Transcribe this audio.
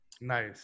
Nice